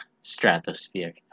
stratosphere